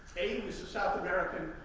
a, he was a south american,